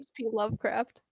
Lovecraft